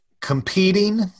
competing